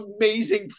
amazing